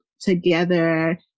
together